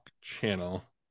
channel